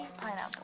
pineapple